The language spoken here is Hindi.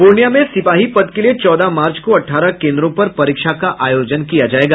पूर्णिया में सिपाही पद के लिये चौदह मार्च को अठारह केन्द्रों पर परीक्षा का आयोजन किया जायेगा